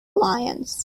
lions